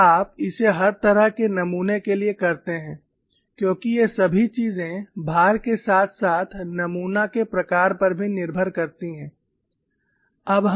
और आप इसे हर तरह के नमूने के लिए करते हैं क्योंकि ये सभी चीजें भार के साथ साथ नमूना के प्रकार पर भी निर्भर करती हैं